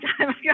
time